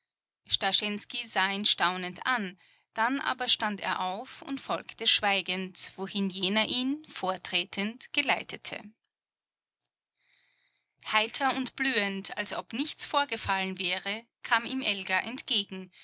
ihn staunend an dann aber stand er auf und folgte schweigend wohin jener ihn vortretend geleitete heiter und blühend als ob nichts vorgefallen wäre kam ihm elga entgegen